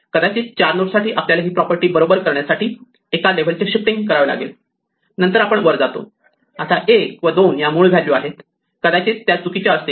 कदाचित 4 नोड साठी आपल्याला ही प्रॉपर्टी बरोबर करण्यासाठी एका लेव्हलचे शिफ्टिंग करावे लागेल नंतर आपण वर जातो आता 1 व 2 या मूळ व्हॅल्यू आहेत कदाचित त्या चुकीच्या असतील